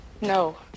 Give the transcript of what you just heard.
No